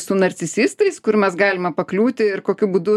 su narcisistais kur mes galime pakliūti ir kokiu būdu